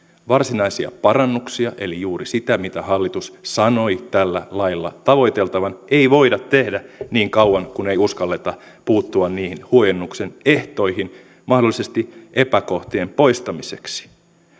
varsinaisia parannuksia eli juuri sitä mitä hallitus sanoi tällä lailla tavoiteltavan ei voida tehdä niin kauan kun ei uskalleta puuttua niihin huojennuksen ehtoihin mahdollisesti epäkohtien poistamiseksi